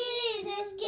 Jesus